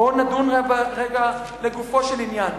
בואו נדון רגע לגופו של עניין.